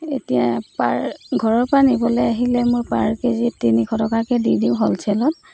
এতিয়া পাৰ ঘৰৰপৰা নিবলৈ আহিলে মোৰ পাৰ কেজি তিনিশ টকাকৈ দি দিওঁ হ'লচেলত